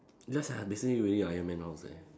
ya sia basically really iron man house leh